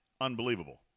unbelievable